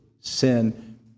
sin